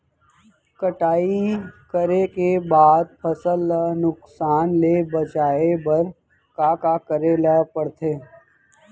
कटाई करे के बाद फसल ल नुकसान ले बचाये बर का का करे ल पड़थे?